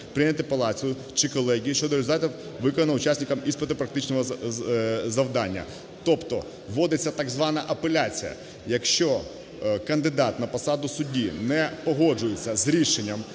прийняте палатою чи колегією щодо результатів виконаного учасником іспиту практичного завдання. Тобто вводиться так звана апеляція. Якщо кандидат на посаду судді не погоджується з рішенням